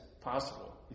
possible